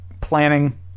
planning